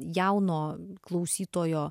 jauno klausytojo